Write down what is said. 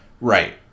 Right